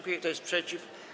Kto jest przeciw?